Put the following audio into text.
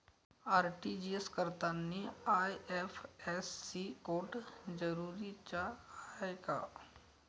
RTGS करतांनी IFSC code जरुरीचा हाय का?